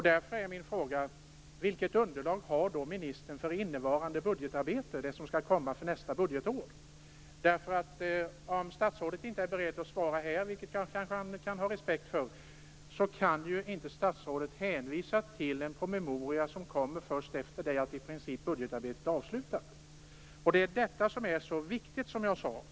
Därför är min fråga: Vilket underlag har ministern för det innevarande budgetarbetet, det som skall komma för nästa budgetår? Om statsrådet inte är beredd att svara här - vilket jag kan ha respekt för - kan ju inte statsrådet hänvisa till en promemoria som kommer först efter det att budgetarbetet i princip är avslutat. Det är detta som är så viktigt.